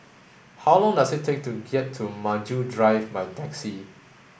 how long does it take to get to Maju Drive by taxi